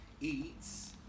eats